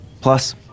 Plus